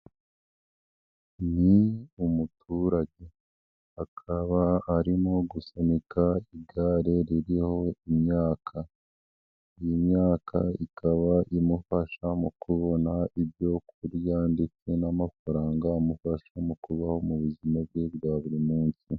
Ni umuturage akaba arimo gusunika igare ririho imyaka, iyi myaka ikaba imufasha mu kubona ibyo kurya ndetse n'amafaranga amufasha mu kubaho mu buzima bwe bwa buri munsi.